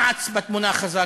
מע"צ בתמונה חזק,